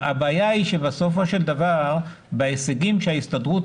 הבעיה היא שבסופו של דבר בהישגים שההסתדרות